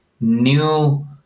new